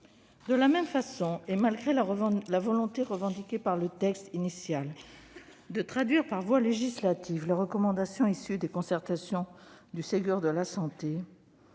De la même façon, et malgré la volonté revendiquée dans le texte initial de traduire par voie législative les recommandations issues des concertations du Ségur de la santé,